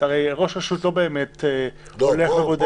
ראש רשות לא באמת הולך ובודק.